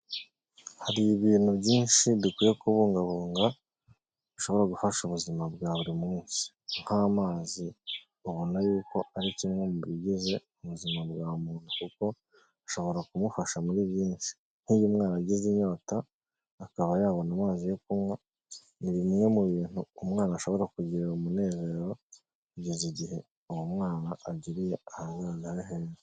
Hari ibintu byinshi dukwiye kubungabunga, bishobora gufasha ubuzima bwa buri munsi. nk'amazi, ubona yuko ari kimwe mu bigize ubuzima bwa muntu, kuko ashobora kumufasha muri byinshi. Nk'iyo umwana agize inyota, akaba yabona amazi yo kunywa, ni bimwe mu bintu umwana ashobora kugirira umunezero kugeza igihe uwo mwana agiriye ahazaza ari heza.